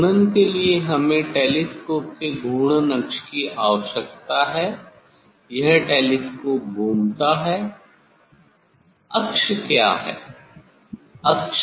इस घूर्णन के लिए हमें टेलीस्कोप के घूर्णन अक्ष की आवश्यकता है यह टेलीस्कोप घूमता है अक्ष क्या है